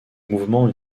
mouvements